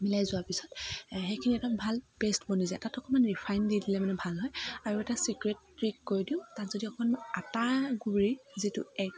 মিলাই যোৱাৰ পিছত সেইখিনি একদম ভাল পেস্ত বনি যায় তাত অকণমান ৰিফাইন দি দিলে মানে ভাল হয় আৰু এটা চিক্ৰেট ট্ৰিক কৈ দিওঁ তাত যদি অকণমান আটা গুড়ি যিটো এক